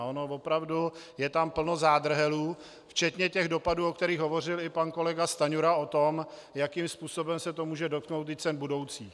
Ono opravdu je tam plno zádrhelů včetně těch dopadů, o kterých hovořil i pan kolega Stanjura, o tom, jakým způsobem se to může dotknout i cen budoucích.